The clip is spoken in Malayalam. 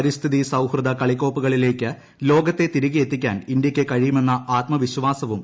പരിസ്ഥിതി സൌഹൃദ കളിക്കോപ്പുകളില്ലേക്ക് ലോകത്തെ തിരികെയെത്തിക്കാൻ ഇന്തൃയ്ക്ക് കഴിയുമെന്ന് ആത്മവിശാസവും ശ്രീ